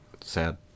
Sad